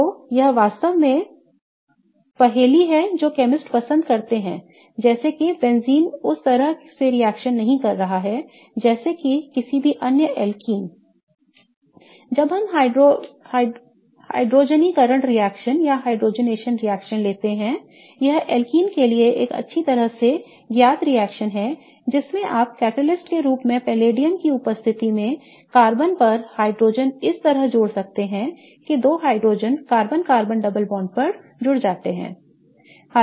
तो यह वास्तव में पहेली है जो केमिस्ट पसंद करते हैं जैसे कि बेंजीन उसी तरह से रिएक्शन नहीं कर रहा है जैसे कि किसी भी अन्य alkene जब हम हाइड्रोजनीकरण रिएक्शन लेते हैं यह alkenes के लिए एक अच्छी तरह से ज्ञात रिएक्शन है जिसमें आप उत्प्रेरक के रूप में पैलेडियम की उपस्थिति में कार्बन पर हाइड्रोजन इस तरह जोड़ सकते हैं कि दो hydrogen carbon carbon double bond पर जुड़ जाते हैं